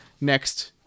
next